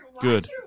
Good